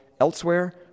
elsewhere